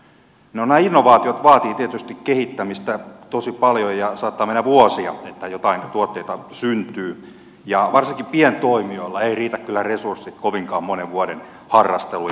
no nämä innovaatiot vaativat tietysti kehittämistä tosi paljon ja saattaa mennä vuosia että jotain tuotteita syntyy ja varsinkin pientoimijoilla eivät riitä kyllä resurssit kovinkaan monen vuoden harrasteluun ja puuhasteluun